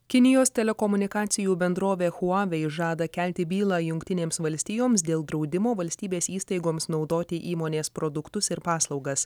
kinijos telekomunikacijų bendrovė huawei žada kelti bylą jungtinėms valstijoms dėl draudimo valstybės įstaigoms naudoti įmonės produktus ir paslaugas